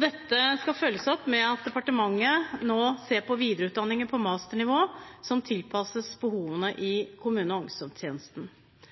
Dette skal følges opp med at departementet nå ser på videreutdanningen på masternivå, som tilpasses behovene